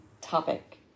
topic